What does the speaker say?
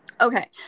Okay